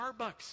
Starbucks